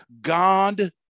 God